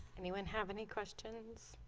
anyone have any questions